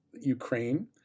Ukraine